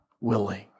willing